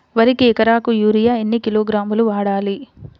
వరికి ఎకరాకు యూరియా ఎన్ని కిలోగ్రాములు వాడాలి?